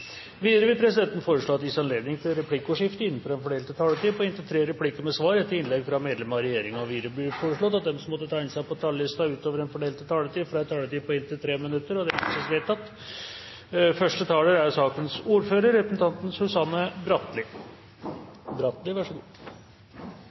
Videre vil presidenten foreslå at det gis anledning til replikkordskifte på inntil tre replikker med svar etter innlegg fra medlemmer av regjeringen innenfor den fordelte taletid. Videre blir det foreslått at de som måtte tegne seg på talerlisten utover den fordelte taletid, får en taletid på inntil 3 minutter. – Det anses vedtatt.